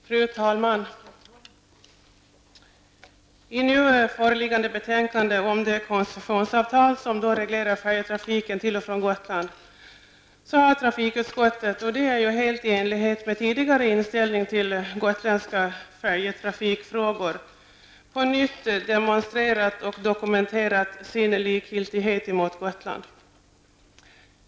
Fru talman! I nu föreliggande betänkande om det koncessionsavtal som reglerar färjetrafiken till och från Gotland har trafikutskottet -- helt i enlighet med tidigare inställning till gotländska färjetrafikfrågor -- på nytt demonstrerat och dokumenterat sin likgiltighet mot Gotland.